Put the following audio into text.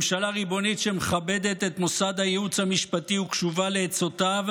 ממשלה ריבונית שמכבדת את מוסד הייעוץ המשפטי וקשובה לעצותיו,